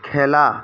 খেলা